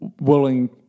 willing